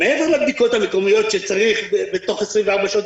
מעבר לבדיקות המקומיות שצריך בתוך 24 שעות,